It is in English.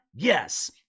yes